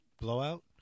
Blowout